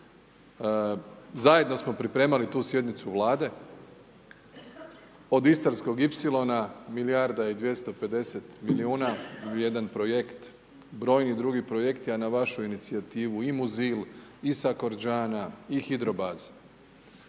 Zajedno smo pripremali tu sjednicu Vlade od Istarskog ipsilona milijarda i dvjesto pedeset milijuna vrijedan projekt, brojni drugi projekti, a na vašu inicijativu i Muzil i Sakorđana i Hidrobaza.